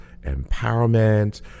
empowerment